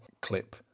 clip